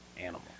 animal